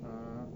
uh